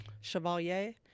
Chevalier